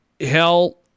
hell